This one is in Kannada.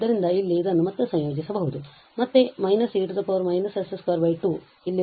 ಆದ್ದರಿಂದ ಇಲ್ಲಿ ಇದನ್ನು ಮತ್ತೆ ಸಂಯೋಜಿಸಬಹುದು ಮತ್ತು ಇದು ಮತ್ತೆ − e −s22